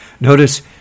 Notice